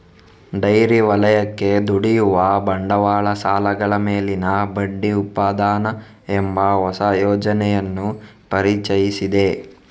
dairy ವಲಯಕ್ಕೆ ದುಡಿಯುವ ಬಂಡವಾಳ ಸಾಲಗಳ ಮೇಲಿನ ಬಡ್ಡಿ ಉಪಾದಾನ ಎಂಬ ಹೊಸ ಯೋಜನೆಯನ್ನು ಪರಿಚಯಿಸಿದೆ